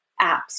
apps